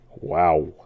Wow